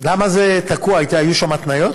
למה זה תקוע, היו שם התניות?